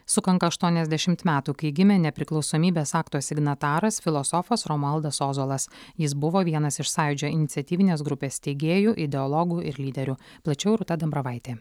sukanka aštuoniasdešimt metų kai gimė nepriklausomybės akto signataras filosofas romualdas ozolas jis buvo vienas iš sąjūdžio iniciatyvinės grupės steigėjų ideologų ir lyderių plačiau rūta dambravaitė